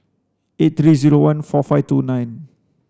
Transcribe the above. eight three zero one four five two nine